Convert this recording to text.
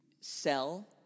sell